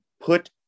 put